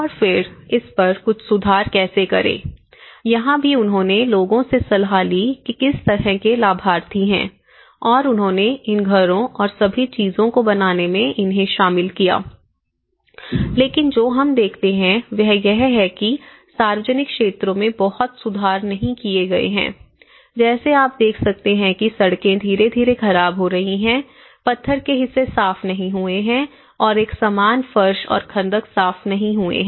और फिर इस पर कुछ सुधार कैसे करें यहाँ भी उन्होंने लोगों से सलाह ली कि किस तरह के लाभार्थी हैं और उन्होंने इन घरों और सभी चीजों को बनाने में इन्हें शामिल किया लेकिन जो हम देखते हैं वह यह है कि सार्वजनिक क्षेत्रों में बहुत सुधार नहीं किए गए हैं जैसे आप देख सकते हैं कि सड़कें धीरे धीरे खराब हो रही हैं पत्थर के हिस्से साफ नहीं हुए हैं और एक समान फ़र्श और खंदक साफ नहीं हुए हैं